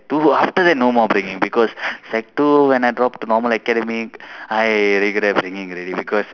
two after that no more bringing because sec two when I dropped normal academic I regret bringing already because